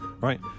Right